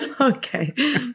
Okay